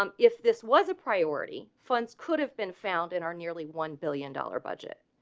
um if this was a priority funds could have been found in our nearly one billion dollar budget.